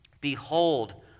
Behold